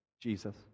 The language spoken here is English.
Jesus